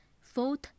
Fourth